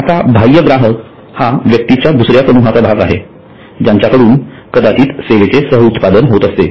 आता बाह्य ग्राहक हा व्यक्तीच्या दुसऱ्या समूहाचा भाग आहे ज्यांच्या कडून कदाचित सेवेचे सहउत्पादन होत असते